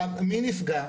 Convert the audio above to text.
מי נפגע?